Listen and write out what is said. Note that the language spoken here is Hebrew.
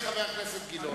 חבר הכנסת גילאון,